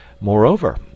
moreover